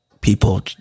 people